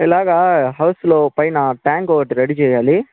ఇలాగా హౌస్లో పైన ట్యాంక్ ఒకటి రెడీ చేయాలి